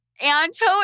Anto